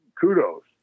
kudos